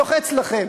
לוחץ לכם.